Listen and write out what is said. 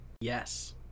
Yes